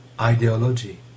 ideology